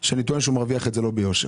שאני טוען שהוא מרוויח את זה לא ביושר.